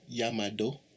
Yamado